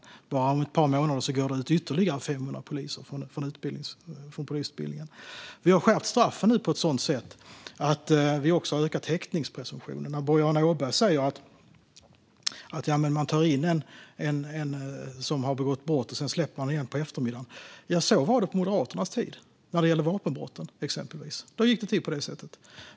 Om bara ett par månader går det ut ytterligare 500 poliser från polisutbildningen. Vi har nu skärpt straffen på ett sådant sätt att vi också ökat häktningspresumtionen. Boriana Åberg säger att man tar in en som begått brott och släpper den igen på eftermiddagen. Ja, så var det på Moderaternas tid när det gällde till exempel vapenbrott. Då gick det till på det sättet.